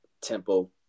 tempo